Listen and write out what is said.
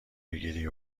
بگیری